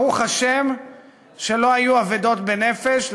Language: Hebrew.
ברוך השם שלא היו אבדות בנפש,